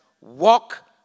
walk